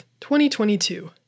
2022